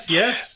yes